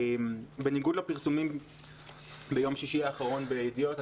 בניגוד לפרסומים ביום שישי האחרון בידיעות,